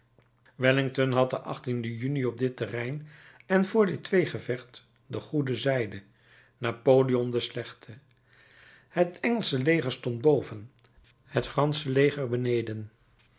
wellington had den juni op dit terrein en voor dit tweegevecht de goede zijde napoleon de slechte het engelsche leger stond boven het fransche leger beneden